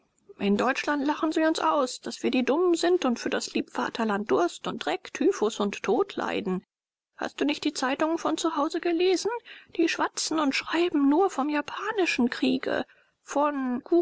in deutschland lachen sie uns aus daß wir die dummen sind und für das liebvaterland durst und dreck typhus und tod leiden hast du nicht die zeitungen von zu hause gelesen die schwatzen und schreiben nur vom japanischen kriege von